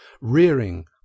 Rearing